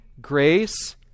grace